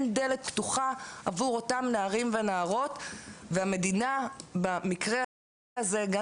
דלת פתוחה עבור אותם נערים ונערות והמדינה במקרה הזה גם